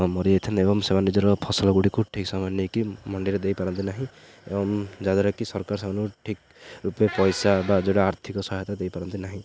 ମରିଯାଇଥାନ୍ତି ଏବଂ ସେମାନେ ନିଜର ଫସଲ ଗୁଡ଼ିକୁ ଠିକ୍ ସମୟ ନେଇକି ମଣ୍ଡିରେ ଦେଇପାରନ୍ତି ନାହିଁ ଏବଂ ଯାହାଦ୍ୱାରା କିି ସରକାର ସେମାନେ ଠିକ୍ ରୂପେ ପଇସା ବା ଯେଉଁଟା ଆର୍ଥିକ ସହାୟତା ଦେଇପାରନ୍ତି ନାହିଁ